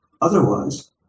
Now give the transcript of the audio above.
otherwise